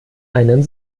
einen